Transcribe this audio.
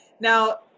now